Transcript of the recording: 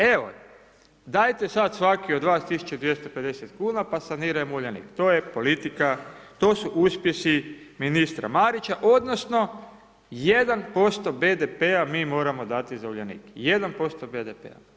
Evo, dajte sad svaki od vas 1.250 kuna pa sanirajmo Uljanik, to je politika, to su uspjesi ministra Marića, odnosno 1% BDP-a mi moramo dati za Uljanik, 1% BDP-a.